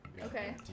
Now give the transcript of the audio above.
Okay